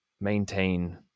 maintain